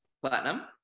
Platinum